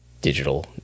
digital